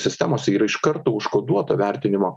sistemose yra iš karto užkoduota vertinimo